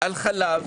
על חלב,